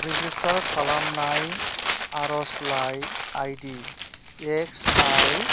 registrar खालामनाय आरजलाइ ID X आइ